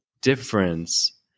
difference